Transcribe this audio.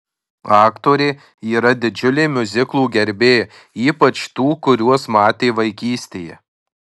aktorė yra didžiulė miuziklų gerbėja ypač tų kuriuos matė vaikystėje